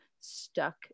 stuck